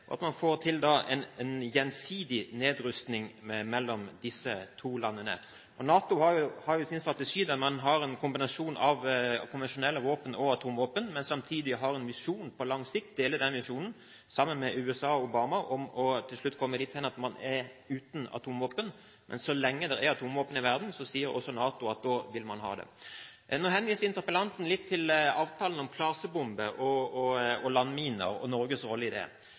at man får til en gjensidig nedrustning mellom disse to landene. NATO har sin strategi. Man har en kombinasjon av konvensjonelle våpen og atomvåpen, men man har samtidig en visjon på lang sikt – og deler den visjonen med USA og Obama – om til slutt å komme dit at man er uten atomvåpen. Men så lenge det er atomvåpen i verden, sier også NATO at man vil ha det. Interpellanten henviste til avtalen mot klasebomber og landminer og Norges rolle i dette. Jeg tror ikke denne sammenligningen er helt enkel å gjøre, at Norge skal spille en tilsvarende rolle når det